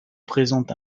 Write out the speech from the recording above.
présente